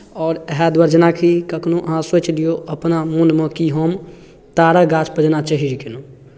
आओर इएह दुआरे अहाँ जेनाकि कखनो अहाँ सोचि लियौ अपना मोनमे कि हम ताड़क गाछपर जेना चढ़ि गेलहुँ